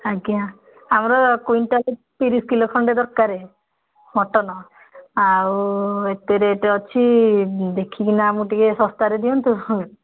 ଆଜ୍ଞା ଆମର କୁଇଣ୍ଟାଲ ତିରିଶ କିଲୋ ଖଣ୍ଡେ ଦରକାର ମଟନ ଆଉ ଏତେ ରେଟ୍ ଅଛି ଦେଖିକି ନା ଆମକୁ ଟିକେ ଶସ୍ତାରେ ଦିଅନ୍ତୁ